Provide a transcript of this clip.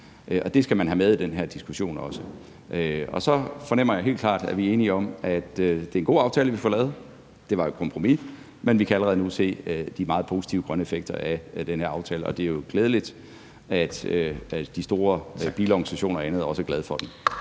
og det skal man have med i den her diskussion også. Og så fornemmer jeg helt klart, at vi er enige om, at det er en god aftale, vi har fået lavet. Det var jo et kompromis, men vi kan allerede nu se de meget positive grønne effekter af den her aftale, og det er jo glædeligt, at de store bilorganisationer og andet også er glade for den.